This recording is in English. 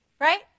right